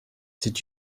did